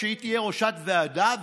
כשהיא תהיה ראשת ועדה,